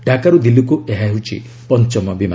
ଢାକାରୁ ଦିଲ୍ଲୀକୁ ଏହା ହେଉଛି ପଞ୍ଚମ ବିମାନ